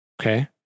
Okay